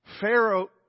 Pharaoh